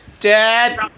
Dad